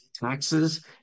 taxes